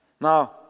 now